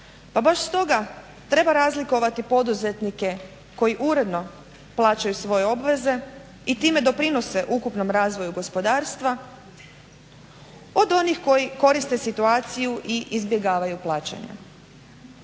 pa baš stoga treba razlikovati poduzetnike koji uredno plaćaju svoje obveze i time doprinose ukupnom razvoju gospodarstva od onih koji koriste situaciju i izbjegavaju plaćanja.